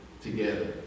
together